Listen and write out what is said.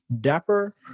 Dapper